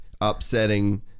upsetting